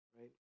Right